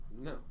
No